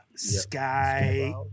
sky